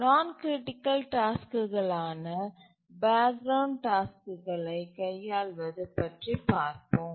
நான் கிரிட்டிக்கல் டாஸ்க்குகளான background டாஸ்க்குகளை கையாள்வது பற்றி பார்ப்போம்